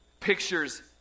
pictures